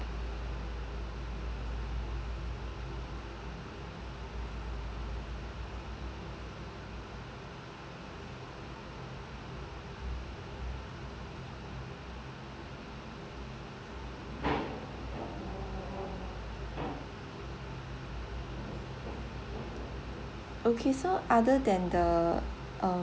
okay so other than the um